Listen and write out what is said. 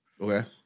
Okay